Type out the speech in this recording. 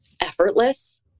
effortless